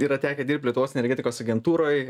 yra tekę dirbt lietuvos energetikos agentūroj